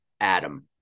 Adam